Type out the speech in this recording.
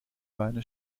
beine